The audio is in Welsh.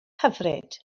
hyfryd